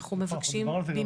אנחנו דיברנו על זה.